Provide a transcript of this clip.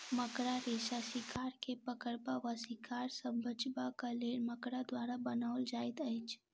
मकड़ा रेशा शिकार के पकड़बा वा शिकार सॅ बचबाक लेल मकड़ा द्वारा बनाओल जाइत अछि